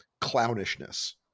clownishness